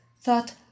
thought